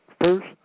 first